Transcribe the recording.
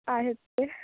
आहेत ते